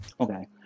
Okay